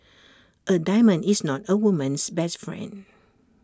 A diamond is not A woman's best friend